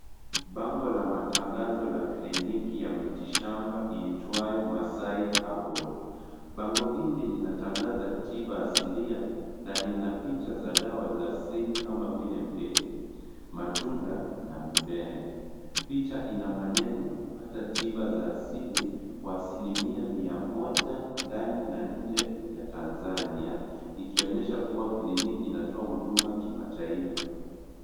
Bango la matangazo ya kiliniki ya miti shamba iitwayo masai herbal ,bango hili linatangaza tiba asilia na lina picha za dawa za asili kama vile mbegu, matunda na mimea picha ina maeneo hata tiba za sili kwa asilimia mia moja ndani na nje ya Tanzania ikionyesha kuwa kiliniki inatoa huduma kimataifa.